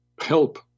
help